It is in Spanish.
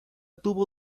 tuvo